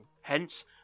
hence